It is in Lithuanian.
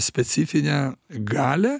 specifinę galią